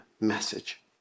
message